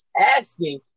asking